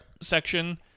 section